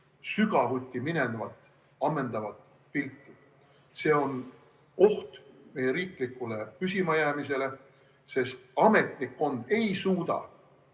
sügavuti minevat ammendavat pilti. See on oht meie riiklikule püsimajäämisele, sest ametnikkond ei suuda